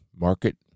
market